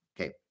Okay